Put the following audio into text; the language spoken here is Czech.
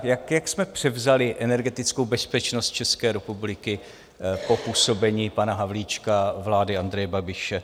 Jak jsme převzali energetickou bezpečnost České republiky po působení pana Havlíčka, vlády Andreje Babiše?